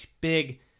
big